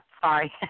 sorry